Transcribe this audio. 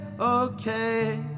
okay